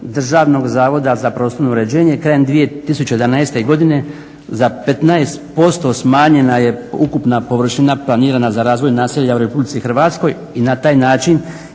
Državnog zavoda za prostorno uređenje krajem 2011. godine za 15% smanjena je ukupna površina planirana za razvoj naselja u Republici Hrvatskoj i na taj način